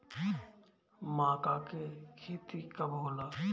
माका के खेती कब होला?